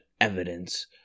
evidence